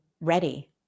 ready